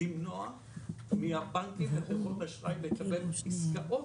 למנוע מהבנקים וחברות אשראי לקבל הסכמות